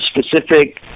specific